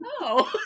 No